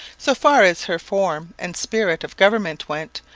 so far as her form and spirit of government went,